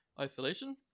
isolation